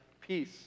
peace